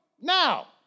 now